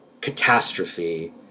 catastrophe